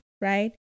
right